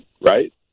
right